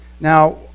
Now